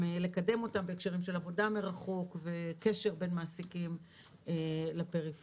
לקדם אותם בהקשרים של עבודה מרחוק וקשר בין מעסיקים לפריפריה.